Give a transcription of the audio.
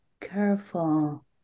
careful